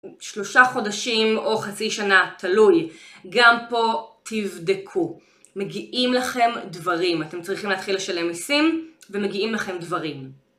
שלושה חודשים או חצי שנה תלוי גם פה תבדקו מגיעים לכם דברים אתם צריכים להתחיל לשלם מסים ומגיעים לכם דברים